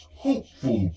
hopeful